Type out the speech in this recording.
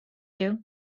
you